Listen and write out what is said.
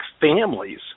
families